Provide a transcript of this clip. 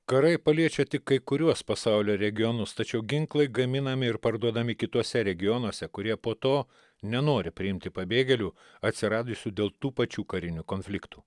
karai paliečia tik kai kuriuos pasaulio regionus tačiau ginklai gaminami ir parduodami kituose regionuose kurie po to nenori priimti pabėgėlių atsiradusių dėl tų pačių karinių konfliktų